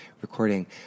recording